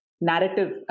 narrative